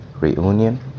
reunion